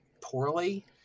poorly